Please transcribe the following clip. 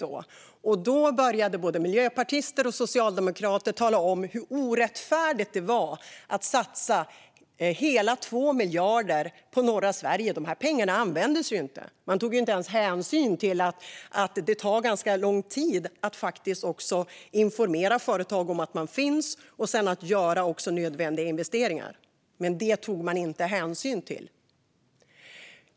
Då började både miljöpartister och socialdemokrater tala om hur orättfärdigt det var att satsa hela 2 miljarder på norra Sverige. De pengarna användes ju inte. Det tar ganska lång tid att informera företag om att man finns och sedan göra nödvändiga investeringar, men detta tog man inte hänsyn till.